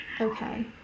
Okay